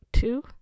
two